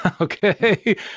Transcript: Okay